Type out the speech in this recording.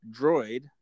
droid